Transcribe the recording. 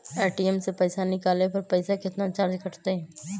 ATM से पईसा निकाले पर पईसा केतना चार्ज कटतई?